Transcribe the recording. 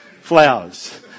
flowers